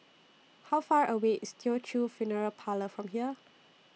How Far away IS Teochew Funeral Parlour from here